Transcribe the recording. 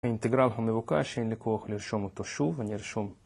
‫האינטגרל המבוקש, ‫הנה פה, נרשום אותו שוב, אני ארשום.